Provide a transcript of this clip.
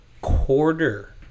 quarter